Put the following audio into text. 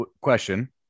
question